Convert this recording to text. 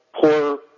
poor